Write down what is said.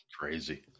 Crazy